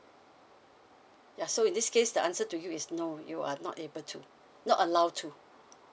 ya so in this case the answer to you is no you are not able to not allowed to